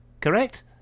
correct